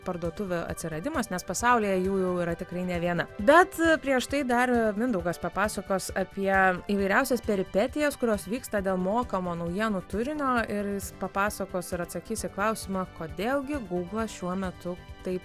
parduotuvių atsiradimas nes pasaulyje jų jau yra tikrai ne viena bet prieš tai dar mindaugas papasakos apie įvairiausias peripetijas kurios vyksta dėl mokamo naujienų turinio ir jis papasakos ir atsakys į klausimą kodėl gi gūglas šiuo metu taip